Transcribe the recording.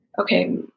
okay